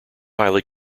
highly